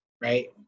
right